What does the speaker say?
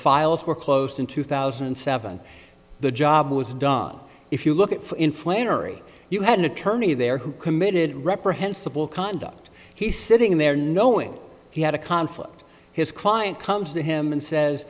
files were closed in two thousand and seven the job was done if you look at for in flannery you had an attorney there who committed reprehensible conduct he sitting there knowing he had a conflict his client comes to him and says